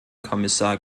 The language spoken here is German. kommissar